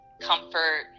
comfort